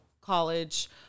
college